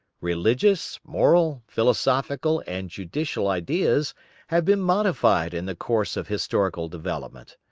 religious, moral, philosophical and juridical ideas have been modified in the course of historical development.